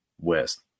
West